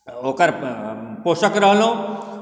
ओकर पोषक रहलहुँ